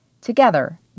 together